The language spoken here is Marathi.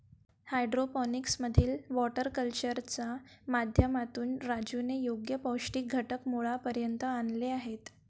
हायड्रोपोनिक्स मधील वॉटर कल्चरच्या माध्यमातून राजूने योग्य पौष्टिक घटक मुळापर्यंत आणले आहेत